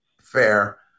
fair